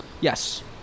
yes